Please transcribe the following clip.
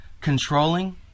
controlling